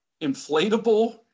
inflatable